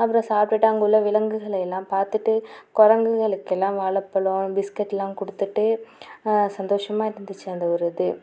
அப்புறம் சாப்பிட்டுட்டு அங்கே உள்ள விலங்குகளை எல்லாம் பார்த்துட்டு குரங்குகளுக்கு எல்லாம் வாழைப்பழம் பிஸ்கட் எல்லாம் கொடுத்துட்டு சந்தோஷமாக இருந்துச்சு அந்த ஒரு இது